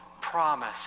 promise